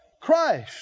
Christ